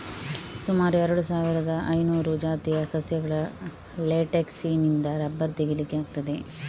ಸುಮಾರು ಎರಡು ಸಾವಿರದ ಐನೂರು ಜಾತಿಯ ಸಸ್ಯಗಳ ಲೇಟೆಕ್ಸಿನಿಂದ ರಬ್ಬರ್ ತೆಗೀಲಿಕ್ಕೆ ಆಗ್ತದೆ